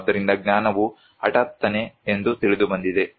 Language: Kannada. ಆದ್ದರಿಂದ ಜ್ಞಾನವು ಹಠಾತ್ತನೆ ಎಂದು ತಿಳಿದುಬಂದಿದೆ